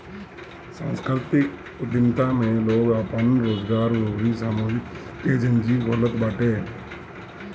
सांस्कृतिक उद्यमिता में लोग आपन रोजगार अउरी सामूहिक एजेंजी खोलत बाटे